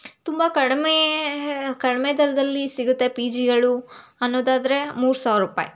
ತುಂಬ ಕಡಿಮೆ ಕಡಿಮೆ ದರದಲ್ಲಿ ಸಿಗುತ್ತೆ ಪಿ ಜಿಗಳು ಅನ್ನೋದಾದರೆ ಮೂರು ಸಾವಿರ ರೂಪಾಯಿ